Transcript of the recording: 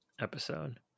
episode